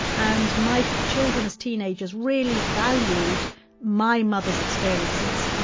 and my children as teenagers really valued my mother's experiences.